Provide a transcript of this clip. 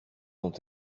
ont